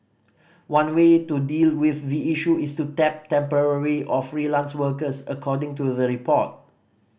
one way to deal with the issue is to tap temporary or freelance workers according to the report